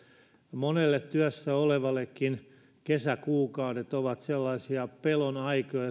monelle työssä olevallekin kesäkuukaudet ovat sellaisia pelon aikoja